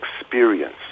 experience